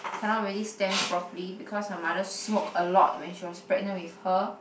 cannot really stand properly because her mother smoke a lot when she was pregnant with her